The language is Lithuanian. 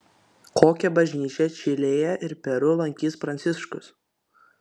kokią bažnyčią čilėje ir peru lankys pranciškus